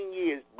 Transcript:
years